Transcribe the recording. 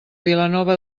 vilanova